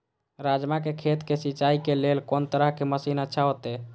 राजमा के खेत के सिंचाई के लेल कोन तरह के मशीन अच्छा होते?